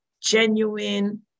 genuine